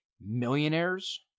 millionaires